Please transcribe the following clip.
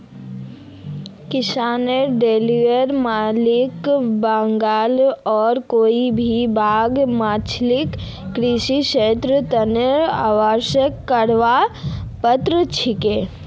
किसान, डेयरी मालिक, बागवान आर कोई भी बाग मालिक कृषि ऋनेर तने आवेदन करवार पात्र छिके